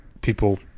people